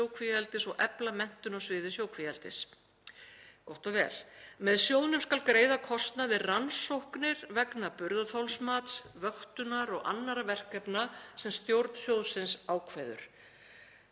og efla menntun á sviði sjókvíaeldis.